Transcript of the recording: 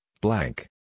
blank